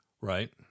Right